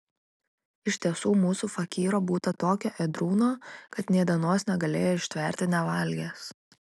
iš tiesų mūsų fakyro būta tokio ėdrūno kad nė dienos negalėjo ištverti nevalgęs